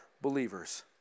believers